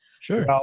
Sure